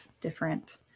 different